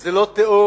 זה לא תיאוריה.